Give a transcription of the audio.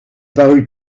parut